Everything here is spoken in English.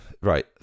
right